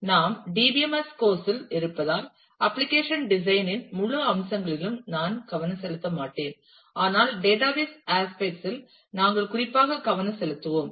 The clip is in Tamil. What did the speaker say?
நாம் டிபிஎம்எஸ் கோர்ஸ் இல் இருப்பதால் அப்ளிகேஷன் டிசைன் இன் முழு அம்சங்களிலும் நான் கவனம் செலுத்த மாட்டேன் ஆனால் டேட்டாபேஸ் ஆஸ்ப்பெக்ட் இல் நாங்கள் குறிப்பாக கவனம் செலுத்துவோம்